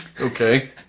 Okay